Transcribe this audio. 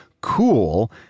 cool